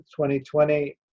2020